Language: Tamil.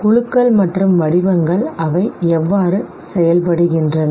குழுக்கள் மற்றும் வடிவங்கள் அவை எவ்வாறு வெளிப்படுகின்றன